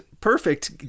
Perfect